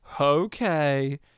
okay